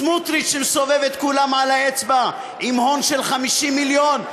סמוטריץ שמסובב את כולם על האצבע עם הון של 50 מיליון,